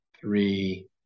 three